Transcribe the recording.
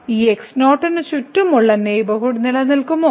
ഈ x0 ന് ചുറ്റുമുള്ള നെയ്ബർഹുഡ് നിലനിൽക്കുമോ